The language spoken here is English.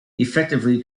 effectively